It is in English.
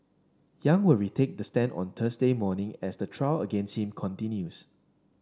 Yang will retake the stand on Thursday morning as the trial against him continues